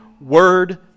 word